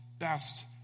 best